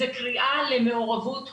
זה קריאה למעורבות הורית,